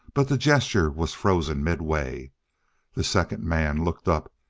but the gesture was frozen midway the second man looked up,